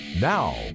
Now